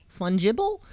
Fungible